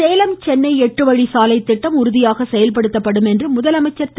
சேலம் சென்னை எட்டு வழிச்சாலை திட்டம் உறுதியாக செயல்படுத்தப்படும் என்று முதலமைச்சர் திரு